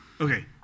Okay